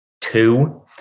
two